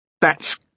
That's